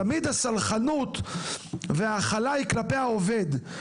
תמיד הסלחנות וההכלה היא כלפי העובד.